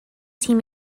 team